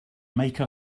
make